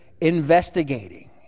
investigating